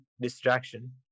distraction